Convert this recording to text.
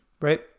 right